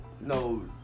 no